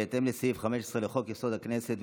בהתאם לסעיף 15 לחוק-יסוד: הכנסת,